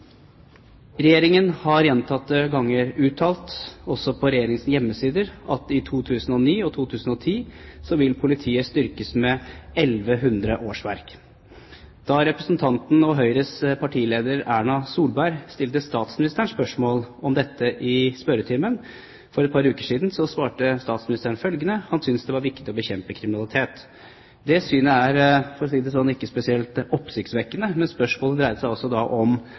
Regjeringen har gjentatte ganger uttalt, også på Regjeringens hjemmesider, at i 2009 og 2010 vil politiet styrkes med 1 100 årsverk. Da jeg og Høyres partileder, Erna Solberg, stilte statsministeren spørsmål om dette i spørretimen for noen uker siden, svarte statsministeren at han synes det er viktig å bekjempe kriminalitet. Det synet er, for å si det slik, ikke spesielt oppsiktsvekkende, men spørsmålet dreide seg altså om